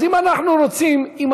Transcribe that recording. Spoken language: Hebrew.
אז אם אנחנו רוצים,